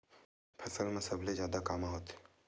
फसल मा सबले जादा कामा होथे?